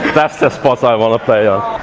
that's the spot i want to play on.